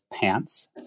pants